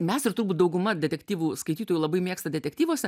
mes ir turbūt dauguma detektyvų skaitytojų labai mėgsta detektyvuose